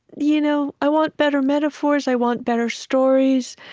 you know i want better metaphors. i want better stories.